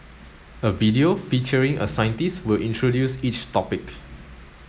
a video featuring a scientist will introduce each topic